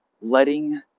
letting